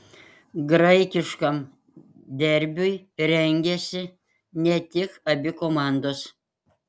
graikiškam derbiui rengiasi ne tik abi komandos